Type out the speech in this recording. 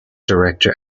director